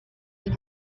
will